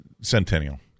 centennial